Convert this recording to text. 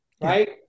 right